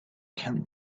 can